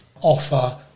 offer